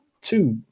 two